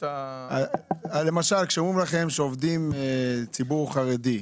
כמות- -- למשל כשאומרים לכם שעובדים ציבור חרדי,